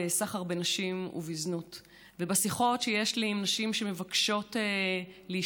בסחר בנשים ובזנות ובשיחות שיש לי עם נשים שמבקשות להשתקם.